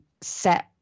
set